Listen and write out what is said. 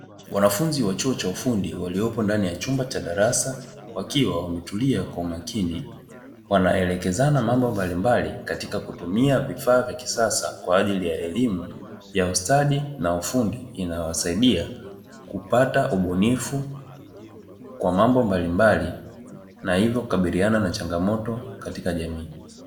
Wanafunzi wa chuo cha ufundi waliopo ndani ya darasa, wakiwa wametulia kwa umakini; wanaelekezana mambo mbalimbali katika kutumia vifaa vya kisasa kwa ajili ya elimu ya ustadi na ufundi; inayowasaidia kupata ubunifu wa mambo mbalimbali na hivyo kukabiliana na changamoto katika jamii.